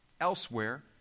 elsewhere